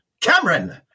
Cameron